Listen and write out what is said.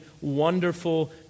wonderful